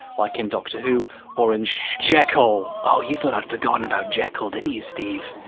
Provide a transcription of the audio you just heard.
like in doctor who or in sh. jekyll! oh, you thought i'd forgotten about jekyll didn't you, steve?